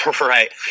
Right